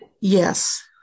Yes